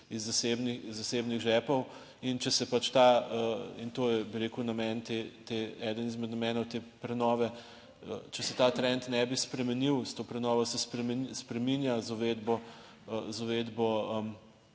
zasebnih žepov in če se pač ta, in to je, bi rekel, namen te, eden izmed namenov te prenove, če se ta trend ne bi spremenil, s to prenovo se spreminja z uvedbo,